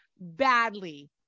badly